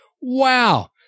wow